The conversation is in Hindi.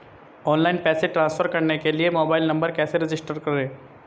ऑनलाइन पैसे ट्रांसफर करने के लिए मोबाइल नंबर कैसे रजिस्टर करें?